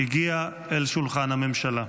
הגיע אל שולחן הממשלה.